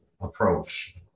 approach